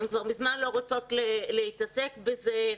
הן כבר לא רוצות להתעסק בזה.